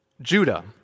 Judah